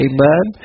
Amen